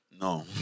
No